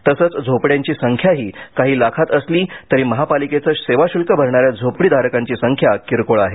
तसेच झोपडयांची संख्याही काही लाखांत असली तरी महापालिकेचे सेवाशुल्क भरणाऱ्या झोपडीधारकांची संख्या किरकोळ आहे